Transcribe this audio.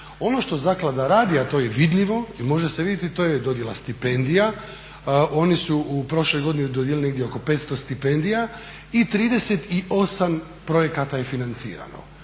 Ono što zaklada radi, a to je vidljivo i može se vidjeti to je dodjela stipendija, oni su prošle godine dodijelili negdje oko 500 stipendija i 38 projekata je financirano.